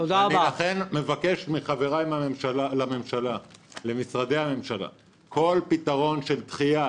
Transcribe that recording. לכן אני מבקש מחבריי במשרדי הממשלה כל פתרון של דחייה,